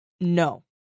no